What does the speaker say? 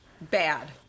Bad